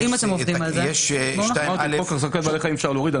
את החוק להחזקת בעלי חיים אפשר להוריד.